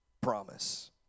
promise